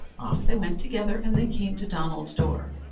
off they went together, and they came to donald's door.